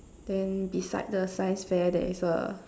then beside the science fair there is a